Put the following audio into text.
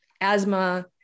asthma